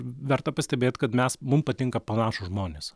verta pastebėt kad mes mum patinka panašūs žmonės